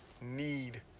need